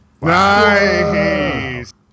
Nice